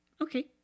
okay